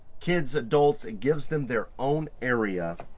kids, adults. it gives them their own area